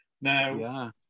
now